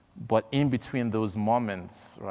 but in between those moments,